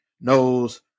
knows